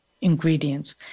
Ingredients